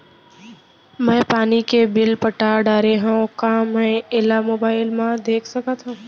मैं पानी के बिल पटा डारे हव का मैं एला मोबाइल म देख सकथव?